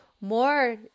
More